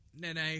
Nene